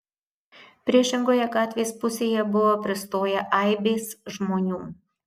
priešingoje gatvės pusėje buvo pristoję aibės žmonių